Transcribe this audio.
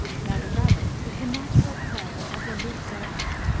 now the rabbit is the natural prey of the loup cervier,